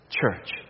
church